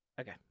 Okay